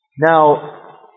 Now